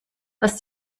was